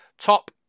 top